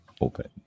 Open